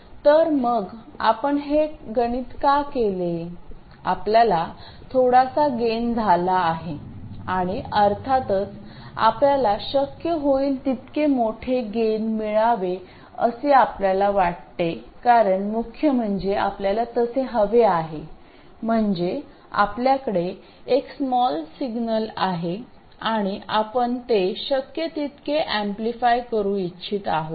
तर मग आपण हे गणित का केले आपल्याकडे थोडासा गेन झाला आहे आणि अर्थातच आपल्याला शक्य होईल तितके मोठे गेन मिळावे असे आपल्याला वाटते कारण मुख्य म्हणजे आपल्याला तसे हवे आहे म्हणजे आपल्याकडे एक स्मॉल सिग्नल आहे आणि आपण ते शक्य तितके अम्पलीफाय करू इच्छित आहोत